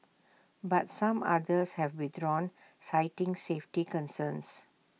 but some others have withdrawn citing safety concerns